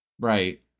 Right